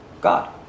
God